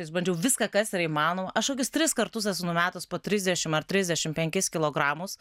išbandžiau viską kas yra įmanoma aš kokius tris kartus esu numetus po trisdešim ar trisdešim penkis kilogramus